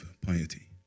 piety